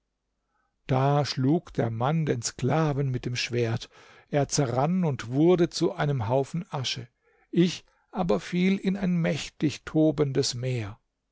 da schlug der mann den sklaven mit dem schwert er zerrann und wurde zu einem haufen asche ich aber fiel in ein mächtig tobendes meer